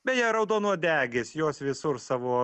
beje raudonuodegės jos visur savo